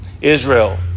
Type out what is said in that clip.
Israel